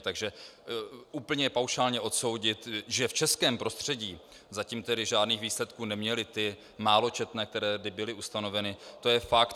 Takže úplně paušálně odsoudit, že v českém prostředí zatím žádných výsledků neměly, ty máločetné, které by byly ustanoveny, to je fakt.